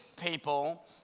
people